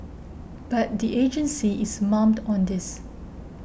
but the agency is mum on this